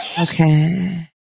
Okay